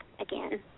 again